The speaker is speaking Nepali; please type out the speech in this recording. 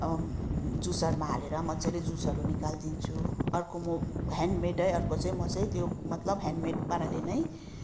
अब जुसरमा हालेर मजाले जुसहरू निकालदिन्छु अर्को म ह्यान्ड मेडै अर्को चाहिँ म चाहिँ त्यो मतलब ह्यान्ड मेड पाराले नै